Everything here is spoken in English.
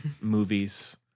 movies